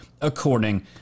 according